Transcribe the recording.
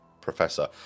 professor